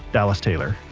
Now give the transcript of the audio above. dallas taylor.